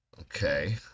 okay